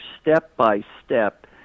step-by-step